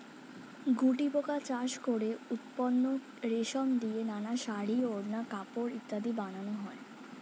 গুটিপোকা চাষ করে উৎপন্ন রেশম দিয়ে নানা শাড়ী, ওড়না, কাপড় ইত্যাদি বানানো হয়